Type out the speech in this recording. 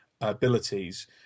abilities